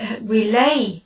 relay